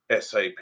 SAP